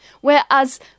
Whereas